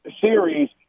series –